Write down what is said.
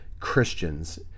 Christians